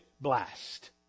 blast